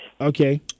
Okay